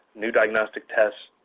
new diagnostic tests,